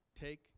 Take